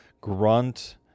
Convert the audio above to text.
grunt